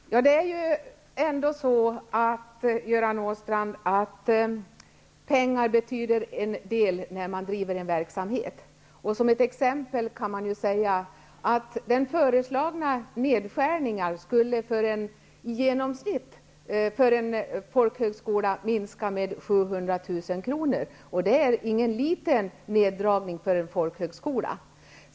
Fru talman! Det är ju ändå så, Göran Åstrand, att pengar betyder en del när man driver en verksamhet. Som ett exempel kan nämnas att den föreslagna nedskärningen i genomsnitt skulle minska bidraget till en folkhögskola med 700 000 kr., och det är ingen liten neddragning för en folkhögskola.